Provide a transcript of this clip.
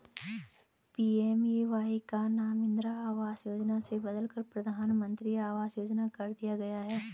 PMAY का नाम इंदिरा आवास योजना से बदलकर प्रधानमंत्री आवास योजना कर दिया गया